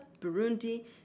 Burundi